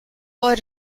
for